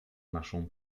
naszą